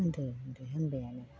बुंदो होनबायानो